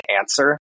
answer